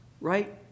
right